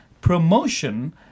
promotion